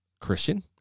Christian